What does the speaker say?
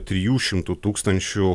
trijų šimtų tūkstančių